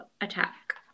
attack